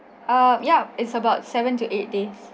ah yeah it's about seven to eight days